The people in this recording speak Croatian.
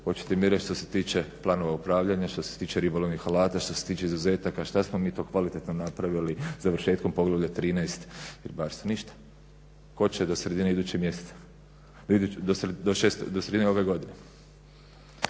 Hoćete mi reći što se tiče planova upravljanja, što se tiče ribolovnih alata, što se tiče izuzetaka što smo mi to kvalitetno napravili završetkom Poglavlja 13. – ribarstva? Ništa. … /Govornik se ne